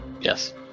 Yes